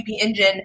Engine